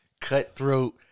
cutthroat